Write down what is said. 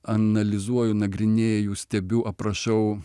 analizuoju nagrinėju stebiu aprašau